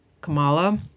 Kamala